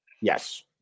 Yes